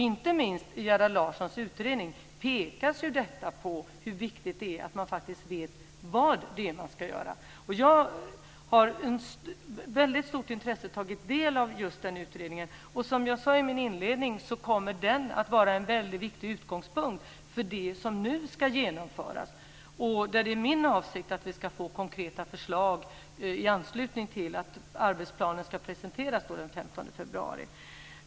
Inte minst i Gerhard Larssons utredning pekas det på hur viktigt det är att man faktiskt vet vad man ska göra. Jag har med väldigt stort intresse tagit del av just den utredningen. Som jag sade i min inledning kommer den att vara en väldigt viktig utgångspunkt för det som nu ska genomföras. Det är min avsikt att vi ska få konkreta förslag i anslutning till att arbetsplanen presenteras den 15 februari.